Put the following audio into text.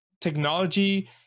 technology